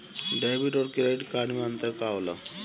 Debit और credit card मे अंतर का होला?